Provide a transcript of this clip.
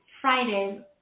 Friday